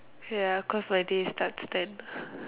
ya cause my day starts ten